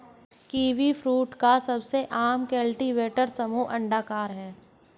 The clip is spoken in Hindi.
कीवीफ्रूट का सबसे आम कल्टीवेटर समूह अंडाकार है